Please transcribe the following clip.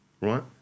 right